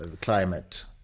climate